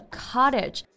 cottage